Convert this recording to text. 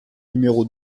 numéro